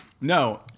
No